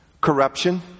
Corruption